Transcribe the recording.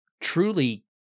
truly